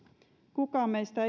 kukaan meistä